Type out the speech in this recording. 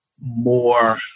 more